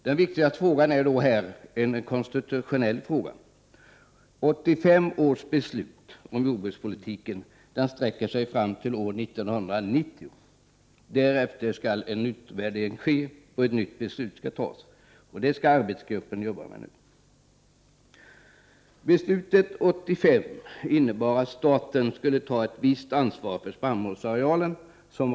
Den viktiga frågan här är då konstitutionell. 1985 års beslut om jordbrukspolitiken sträcker sig fram till år 1990. Därefter skall en utvärdering ske och ett nytt beslut skall fattas. Det är detta arbetsgruppen nu arbetar med. Beslutet 1985 innebar att staten skulle ta ett visst ansvar för spannmålsarealen.